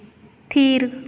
ᱛᱷᱤᱨ